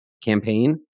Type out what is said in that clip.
campaign